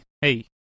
Hey